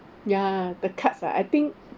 ya the cuts lah I think